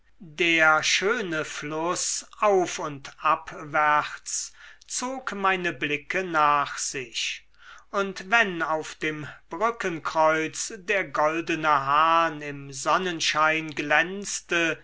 der schöne fluß auf und abwärts zog meine blicke nach sich und wenn auf dem brückenkreuz der goldene hahn im sonnenschein glänzte